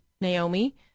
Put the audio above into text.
Naomi